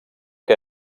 que